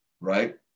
Right